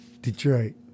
Detroit